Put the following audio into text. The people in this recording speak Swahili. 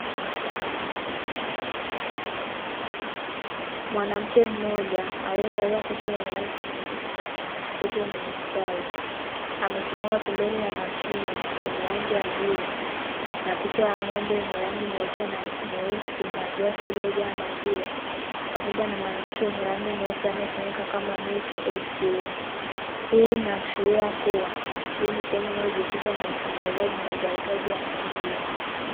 Mwanamke mmoja aliyevalia koti lenye rangi nyeusi na sketi yenye mistari amesimama pembeni mwa mashine yenye rangi ya bluu, na picha ya ng'ombe wenye rangi nyeupe na nyeusi na glasi zilizojaa maziwa, pamoja na maandishi yenye rangi nyeupe yanayosomeka kama "milk ATM", hii inaashiria kuwa hii ni sehemu inayojihisisha na usambazaji na uzajishaji wa maziwa.